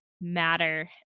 matter